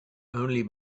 only